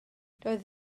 doedd